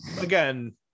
again